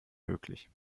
möglich